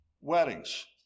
weddings